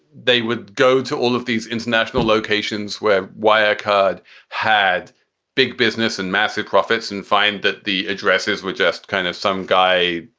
they would go to all of these international locations where wild card had big business and massive profits and find that the addresses were just kind of some guy,